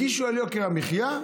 הגישו על יוקר המחיה,